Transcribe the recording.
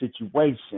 situation